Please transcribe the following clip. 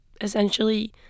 essentially